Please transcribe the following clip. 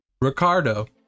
Ricardo